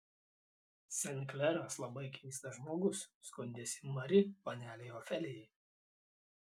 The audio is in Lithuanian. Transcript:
sen kleras labai keistas žmogus skundėsi mari panelei ofelijai